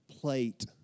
plate